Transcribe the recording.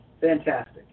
Fantastic